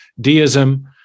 Deism